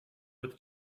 with